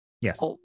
Yes